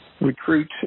recruit